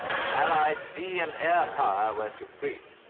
allied sea and air power were supreme.